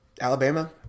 Alabama